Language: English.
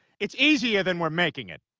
it's easier than we're making it